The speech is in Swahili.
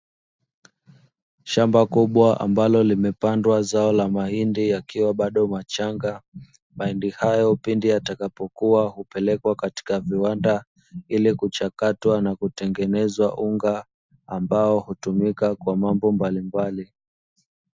Shamba kubwa ambalo limepandwa zao la mahindi yakiwa bado machanga, mahindi hayo pindi yatakapo kuwa hupelekwa katika viwanda ili kuchakatwa na kutengenezwa unga, ambao hutumika kwa mambo mbalimbali.